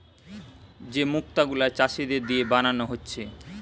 যে মুক্ত গুলা চাষীদের দিয়ে বানানা হচ্ছে